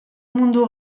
mundu